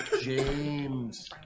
James